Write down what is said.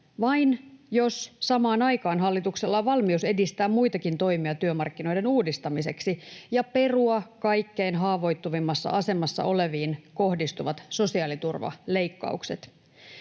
vain, jos samaan aikaan hallituksella on valmius edistää muitakin toimia työmarkkinoiden uudistamiseksi ja perua kaikkein haavoittuvimmassa asemassa oleviin kohdistuvat sosiaaliturvaleikkaukset.